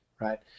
right